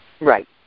Right